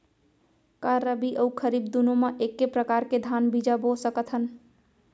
का रबि अऊ खरीफ दूनो मा एक्के प्रकार के धान बीजा बो सकत हन?